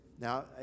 Now